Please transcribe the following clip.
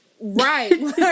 Right